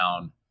down